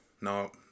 No